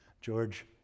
George